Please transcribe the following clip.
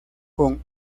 con